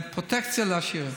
פרוטקציה לעשירים.